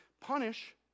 punish